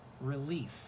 relief